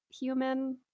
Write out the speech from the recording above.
human